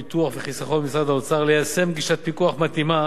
הביטוח והחיסכון במשרד האוצר ליישם גישת פיקוח מתאימה